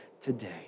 today